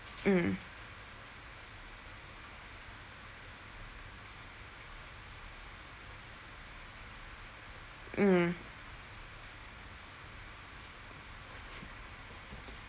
mm mm